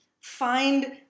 find